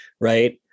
Right